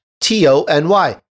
T-O-N-Y